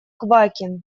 квакин